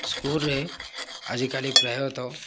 ସ୍କୁଲ୍ରେ ଆଜିକାଲି ପ୍ରାୟତଃ